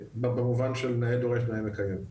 במובן של נאה דורש נאה מקיים.